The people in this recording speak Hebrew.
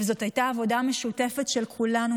וזאת הייתה עבודה משותפת של כולנו,